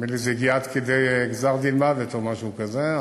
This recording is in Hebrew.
נדמה לי שזה הגיע עד כדי גזר-דין מוות או משהו כזה,